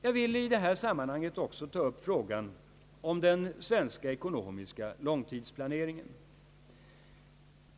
Jag vill i detta sammanhang också ta upp frågan om den svenska ekonomiska långtidsplaneringen.